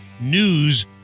news